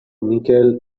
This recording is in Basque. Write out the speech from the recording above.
mikel